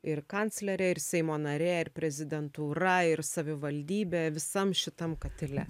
ir kanclerė ir seimo narė ir prezidentūra ir savivaldybė visam šitam katile